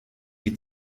die